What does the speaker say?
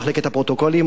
ממחלקת הפרוטוקולים.